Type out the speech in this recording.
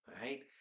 Right